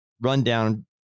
rundown